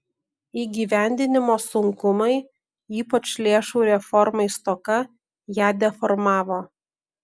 įgyvendinimo sunkumai ypač lėšų reformai stoka ją deformavo